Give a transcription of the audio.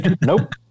Nope